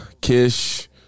Kish